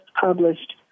published